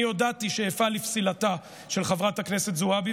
אני הודעתי שאפעל לפסילתה של חברת הכנסת זועבי,